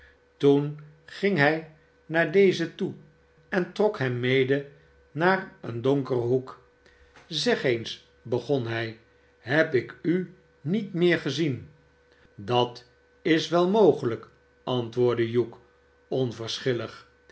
toen ging hij naar dezen toe en trok hem mede naar een donkeren hoek zeg eens begon hij heb ik u niet meer gezien dat is wel mogelijk antwoordde